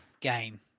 game